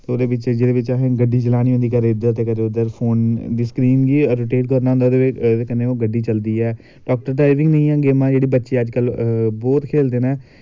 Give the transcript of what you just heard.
ते ओह्दे बिच्च जेह्दे बिच्च असें गड्डी चलानी होंदी कदें इध्दर ते कदें उध्दर फोन दी स्करीन गी रोटेट करना होंदा ते ओह्दे कन्नै ओह् गड्डी चलदी ऐ गेमां जेह्ड़ी बच्चे अजकल बहु खेलदे नै